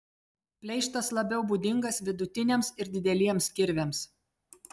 pleištas labiau būdingas vidutiniams ir dideliems kirviams